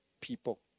people